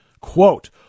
Quote